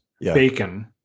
bacon